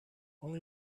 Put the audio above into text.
only